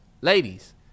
ladies